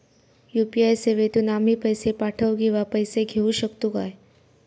UPI सेवेतून आम्ही पैसे पाठव किंवा पैसे घेऊ शकतू काय?